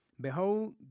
Behold